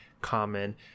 common